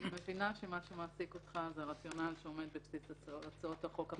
אני מבינה שמה שמעסיק אותך זה הרציונל שעומד בבסיס הצעות החוק הפרטיות.